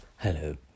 Hello